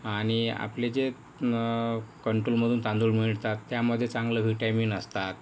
आणि आपले जे कंटुलमधून तांदूळ मिळतात त्यामध्ये चांगलं व्हिटामिन असतात